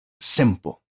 simple